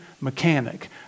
mechanic